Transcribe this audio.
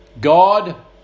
God